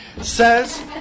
Says